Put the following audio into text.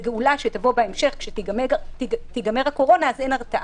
גאולה שתבוא בהמשך כאשר תיגמר הקורונה אז אין הרתעה.